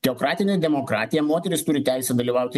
teokratinė demokratija moterys turi teisę dalyvauti